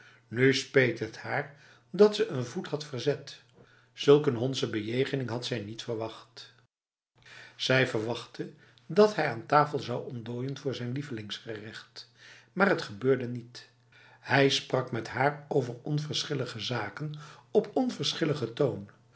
nu speet het haar dat ze een voet had verzet zulk een hondse bejegening had zij niet verwacht zij verwachtte dat hij aan tafel zou ontdooien voor zijn lievelingsgerecht maar het gebeurde niet hij sprak met haar over onverschillige zaken op onverschillige toon